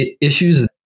issues